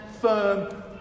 firm